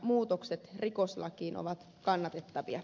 muutokset rikoslakiin ovat kannatettavia